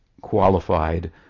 qualified